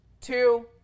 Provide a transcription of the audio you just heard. two